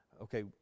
okay